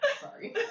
Sorry